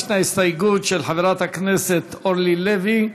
יש הסתייגות של חברת הכנסת אורלי לוי,